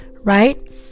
right